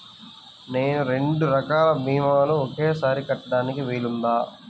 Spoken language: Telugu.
నేను రెండు రకాల భీమాలు ఒకేసారి కట్టడానికి వీలుందా?